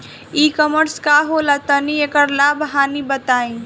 ई कॉमर्स का होला तनि एकर लाभ हानि बताई?